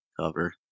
cover